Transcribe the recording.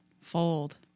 fold